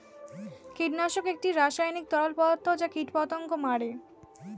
কীটনাশক একটি রাসায়নিক তরল পদার্থ যা কীটপতঙ্গ মারে